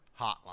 hotline